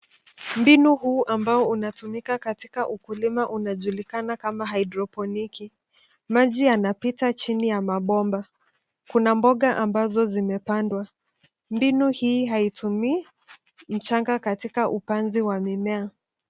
Mbinu huu ambao unatumika katika ukulima unajulikana kama haidroponiki. Maji yanapita chini ya mabomba. Kuna mboga ambazo zimepandwa. Mbinu hii haitumi mchanga katika upanzi wa mimea.